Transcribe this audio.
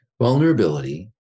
Vulnerability